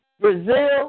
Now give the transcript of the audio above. Brazil